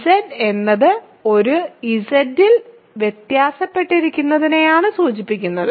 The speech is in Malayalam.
Z എന്നത് ഒരു Z ൽ വ്യത്യാസപ്പെട്ടിരിക്കുന്നതിനെയാണ് സൂചിപ്പിക്കുന്നത്